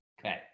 okay